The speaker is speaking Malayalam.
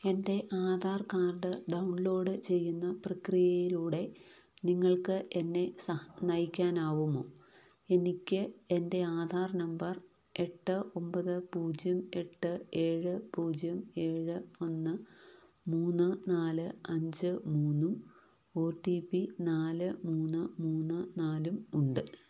എൻ്റെ ആധാർ കാർഡ് ഡൗൺലോഡ് ചെയ്യുന്ന പ്രക്രിയയിലൂടെ നിങ്ങൾക്ക് എന്നെ സഹ നയിക്കാനാവുമോ എനിക്ക് എൻ്റെ ആധാർ നമ്പർ എട്ട് ഒമ്പത് പൂജ്യം എട്ട് ഏഴ് പൂജ്യം ഏഴ് ഒന്ന് മൂന്ന് നാല് അഞ്ച് മൂന്നും ഒ ടി പി നാല് മൂന്ന് മൂന്ന് നാലും ഉണ്ട്